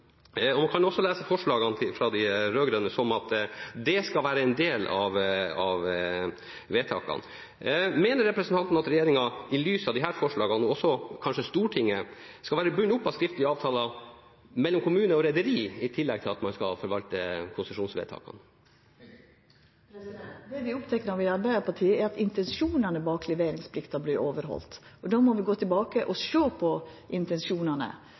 Man kan også lese forslagene fra de rød-grønne som at det skal være en del av vedtakene. Mener representanten at regjeringen – og kanskje også Stortinget – i lys av disse forslagene skal være bundet opp av skriftlige avtaler mellom kommune og rederi, i tillegg til at man skal forvalte konsesjonsvedtakene? Det vi i Arbeidarpartiet er opptekne av, er at intensjonane bak leveringsplikta vert overhaldne. Då må vi gå tilbake og sjå på